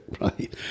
right